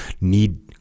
Need